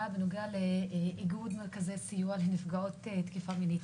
בנוגע לאיגוד מרכזי סיוע לנפגעות תקיפה מינית.